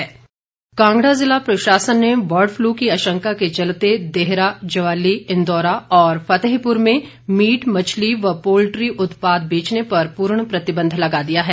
पौंगडैम कांगड़ा जिला प्रशासन ने बर्डफ्लू की आशंका के चलते देहरा ज्वाली इंदौरा और फतेहपुर में मीट मछली और पोल्ट्री उत्पाद बेचने पर पूर्ण प्रतिबंध लगा दिया है